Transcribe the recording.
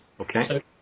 Okay